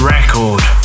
Record